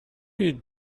you